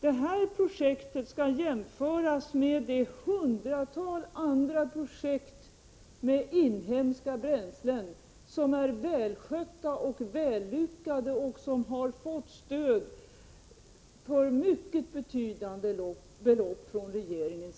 Detta projekt skall jämföras med de hundratal andra projekt med inhemska bränslen som är välskötta och lyckade och som har fått stöd med mycket betydande belopp från regeringen.